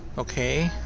ok.